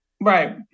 Right